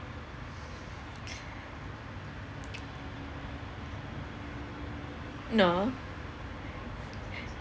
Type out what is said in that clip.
no